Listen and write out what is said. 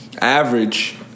average